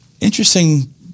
Interesting